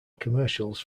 commercials